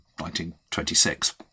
1926